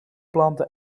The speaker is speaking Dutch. planten